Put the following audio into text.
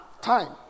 time